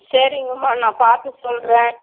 சரிங்கம்மா நான் பார்த்து சொல்லுறேன்